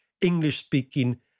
English-speaking